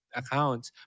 accounts